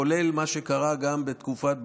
כולל מה שקרה גם בתקופה,